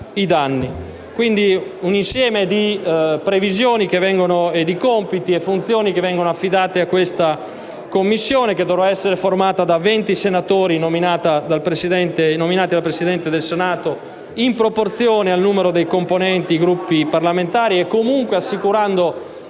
un insieme di previsioni, compiti e funzioni che vengono affidati a questa Commissione che dovrà essere formata da venti senatori, nominati dal Presidente del Senato proporzionalmente al numero di componenti di ogni Gruppo parlamentare e comunque assicurando